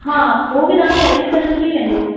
हा उहो बि तव्हां खे अरेंज करे मिली वेंदो